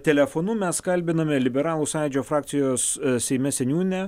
telefonu mes kalbiname liberalų sąjūdžio frakcijos seime seniūnę